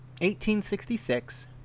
1866